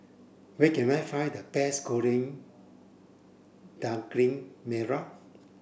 where can I find the best goreng daging merah